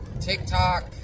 TikTok